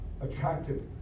attractive